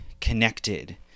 connected